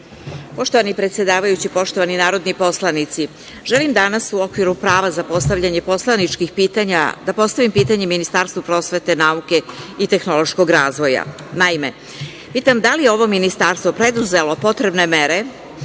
Poštovani predsedavajući, poštovani narodni poslanici, želim danas u okviru prava za postavljanje poslaničkih pitanja da postavim pitanje Ministarstvu prosvete, nauke i tehnološkog razvoja. Naime, pitam da li je ovo ministarstvo preduzelo potrebne mere